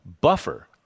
buffer